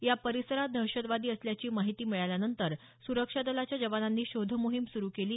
या परिसरात दहशतवादी असल्याची माहिती मिळाल्यानंतर सुरक्षा दलाच्या जवानांनी शोधमोहीम सुरु केली